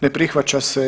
Ne prihvaća se.